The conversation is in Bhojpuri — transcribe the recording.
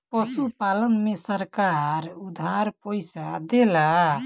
पशुपालन में सरकार उधार पइसा देला?